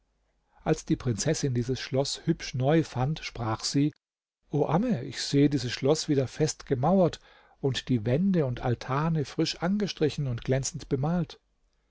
als die prinzessin dieses schloß hübsch neu fand sprach sie o amme ich sehe dieses schloß wieder fest gemauert und die wände und altane frisch angestrichen und glänzend bemalt